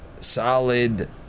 solid